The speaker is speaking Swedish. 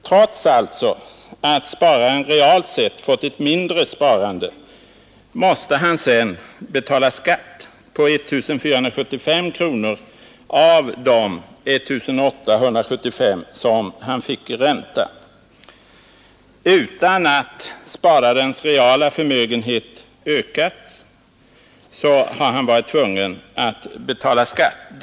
Trots att spararen realt sett har fått ett mindre sparande måste han sedan betala skatt på 1 475 kronor av de I 875 kronor som han fick i ränta. Utan att spararens reala förmögenhet ökat har han varit tvungen att betala skatt på en fiktiv vinst.